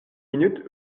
minutes